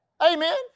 Amen